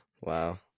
Wow